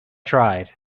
tried